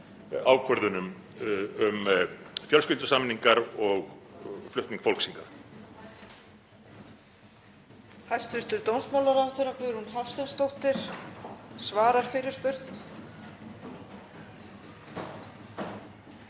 ákvörðunum um fjölskyldusameiningar og flutning fólks hingað?